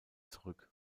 zurück